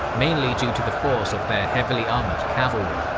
mainly due to the force of their heavily armoured cavalry.